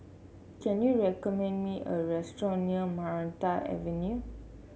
can you recommend me a restaurant near Maranta Avenue